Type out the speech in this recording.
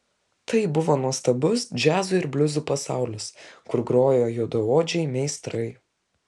tai buvo nuostabus džiazo ir bliuzų pasaulis kur grojo juodaodžiai meistrai